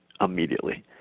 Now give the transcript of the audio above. immediately